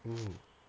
oo